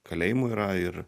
kalėjimų yra ir